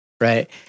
Right